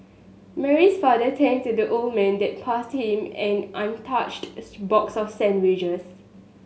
Mary's father thanked the old man and passed him an untouched box of sandwiches